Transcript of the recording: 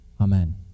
Amen